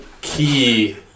key